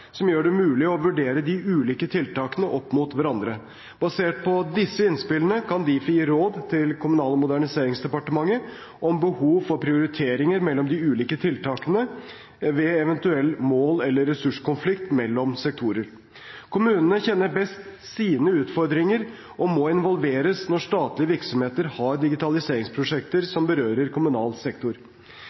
som gjør det mulig å vurdere de ulike tiltakene opp mot hverandre. Basert på disse innspillene kan Difi gi råd til Kommunal- og moderniseringsdepartementet om behov for prioriteringer mellom de ulike tiltakene ved eventuell mål- eller ressurskonflikt mellom sektorer. Kommunene kjenner best sine utfordringer og må involveres når statlige virksomheter har digitaliseringsprosjekter som berører kommunal sektor.